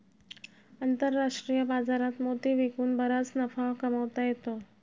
आंतरराष्ट्रीय बाजारात मोती विकून बराच नफा कमावता येतो